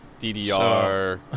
ddr